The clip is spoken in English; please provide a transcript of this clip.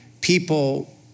people